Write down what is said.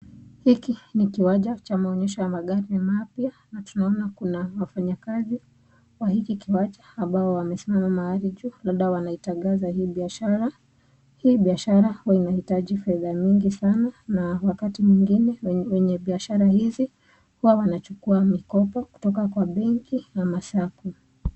Hiki ni kiwanja cha maonyesho ya magari mapya na tunaona kuna wafanya kazi wa hiki kiwanja ambao wamesimama mahali juu labda wanaitangaza hii biashara hii biashara huwa inahitaji fedha mingi sana na wakati mwingine wenye biashara hizi huwa wanachukua mikopo kutoka kwa benki ama sacco .